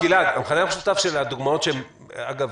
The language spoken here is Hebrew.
המכנה המשותף של הדוגמאות שאתה מציג אגב,